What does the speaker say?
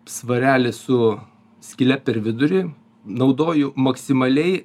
svarelį su skyle per vidurį naudoju maksimaliai